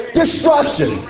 destruction